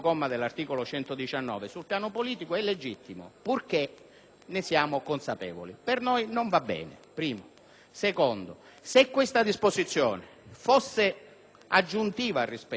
ne siamo consapevoli, ma per noi non va bene. In secondo luogo, se questa disposizione fosse aggiuntiva al rispetto, perché vi è la clausola costituzionale che le condizioni